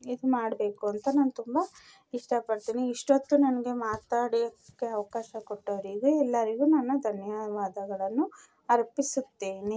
ಇದು ಮಾಡಬೇಕು ಅಂತ ನಾನು ತುಂಬ ಇಷ್ಟಪಡ್ತೀನಿ ಇಷ್ಟೊತ್ತು ನನಗೆ ಮಾತಾಡದಕ್ಕೆ ಅವಕಾಶ ಕೊಟ್ಟೋರಿಗೆ ಎಲ್ಲರಿಗೂ ನಾನು ಧನ್ಯವಾದಗಳನ್ನು ಅರ್ಪಿಸುತ್ತೇನೆ